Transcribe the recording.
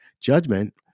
judgment